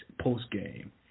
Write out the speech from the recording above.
post-game